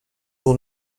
will